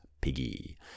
Piggy